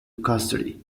custody